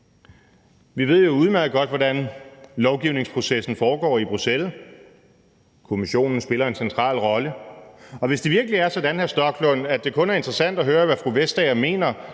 Vi ved jo udmærket godt, hvordan lovgivningsprocessen foregår i Bruxelles: Kommissionen spiller en central rolle, og hvis det virkelig er sådan, hr. Rasmus Stoklund, at det kun er interessant at høre, hvad fru Margrethe Vestager mener,